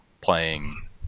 playing